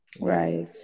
right